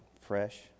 fresh